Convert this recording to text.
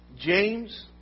James